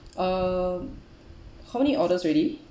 uh how many orders already